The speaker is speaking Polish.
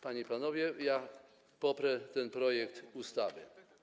Panie i panowie, ja poprę ten projekt ustawy.